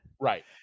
right